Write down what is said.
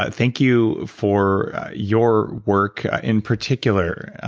but thank you for your work in particular,